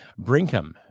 Brinkham